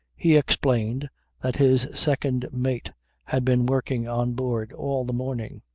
he explained that his second mate had been working on board all the morning.